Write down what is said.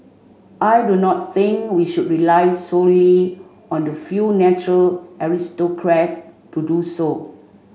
I do not think we should rely solely on the few natural aristocrats to do so